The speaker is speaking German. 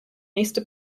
nächste